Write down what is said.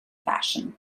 fashion